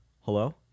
Hello